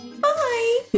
Bye